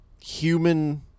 human